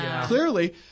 clearly